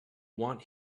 want